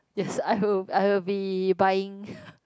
yes I will I will be buying